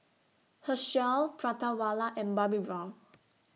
Herschel Prata Wala and Bobbi Brown